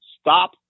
stop